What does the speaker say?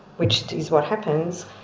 which is what happens,